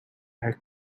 are